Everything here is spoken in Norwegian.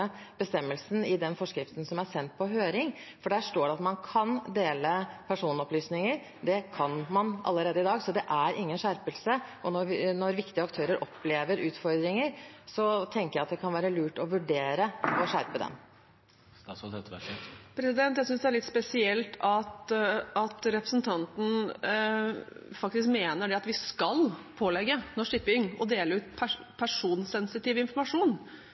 i den forskriften som er sendt på høring, for der står det at man kan dele personopplysninger. Det kan man allerede i dag, så det er ingen skjerpelse, og når viktige aktører opplever utfordringer, tenker jeg at det kan være lurt å vurdere å skjerpe dem. Det synes jeg er litt spesielt, at representanten faktisk mener at vi skal pålegge Norsk Tipping å dele ut personsensitiv informasjon